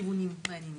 כיוונים מעניינים.